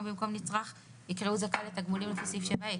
במקום "נצרך" יקראו "זכאי לתגמולים לפי סעיף 7ה",